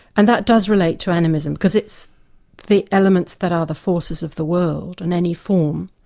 and that does relate to animism, because it's the elements that are the forces of the world in any form,